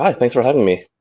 ah thanks for having me.